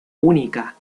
única